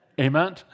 Amen